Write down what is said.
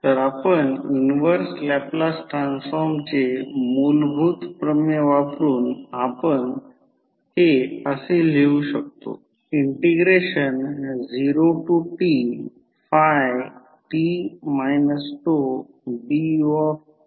तर आपण inverse Laplace ट्रान्सफॉर्मचे मूलभूत प्रमेय वापरू आपण हे असे लिहू शकतो